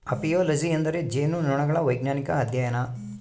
apiology ಎಂದರೆ ಜೇನುನೊಣಗಳ ವೈಜ್ಞಾನಿಕ ಅಧ್ಯಯನ